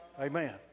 Amen